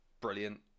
brilliant